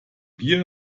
bier